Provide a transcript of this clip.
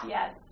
Yes